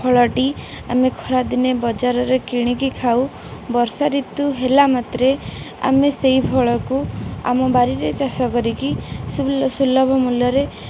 ଫଳଟି ଆମେ ଖରାଦିନେ ବଜାରରେ କିଣିକରି ଖାଉ ବର୍ଷା ଋତୁ ହେଲା ମାତ୍ରେ ଆମେ ସେଇ ଫଳକୁ ଆମ ବାଡ଼ିରେ ଚାଷ କରିକି ସୁଲଭ ମୂଲ୍ୟରେ